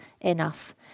enough